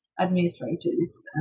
administrators